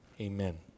Amen